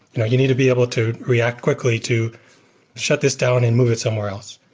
you need to be able to react quickly to shut this down and move it somewhere else,